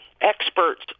experts